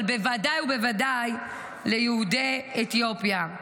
אבל בוודאי ובוודאי ליהודי אתיופיה.